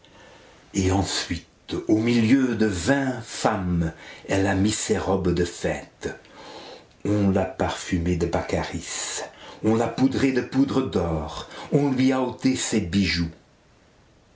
et ensuite au milieu de vingt femmes elle a mis ses robes de fête on l'a parfumée de bakkaris on l'a poudrée de poudre d'or on lui a ôté ses bijoux